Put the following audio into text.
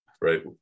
right